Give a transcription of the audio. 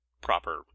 proper